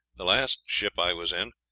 the last ship i was in,